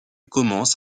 commence